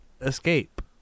escape